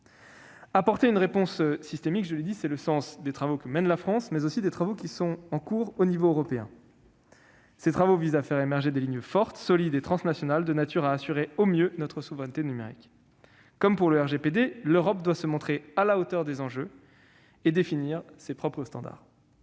Apporter une réponse systémique- je le dis -, c'est le sens des travaux que mène la France, mais aussi de ceux qui sont en cours au niveau européen. Ils visent à faire émerger des lignes fortes, solides et transnationales, de nature à assurer au mieux notre souveraineté numérique. Comme pour le RGPD, l'Europe doit se montrer à la hauteur des enjeux et définir ses propres standards,